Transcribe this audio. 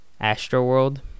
astroworld